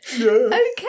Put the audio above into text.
Okay